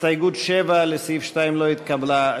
הסתייגות 7, לסעיף 2, לא התקבלה.